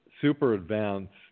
super-advanced